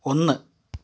ഒന്ന്